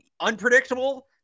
unpredictable